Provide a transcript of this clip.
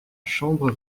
chambre